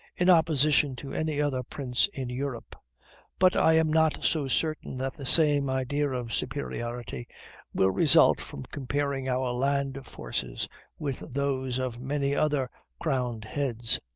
in opposition to any other prince in europe but i am not so certain that the same idea of superiority will result from comparing our land forces with those of many other crowned heads.